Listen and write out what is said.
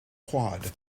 quad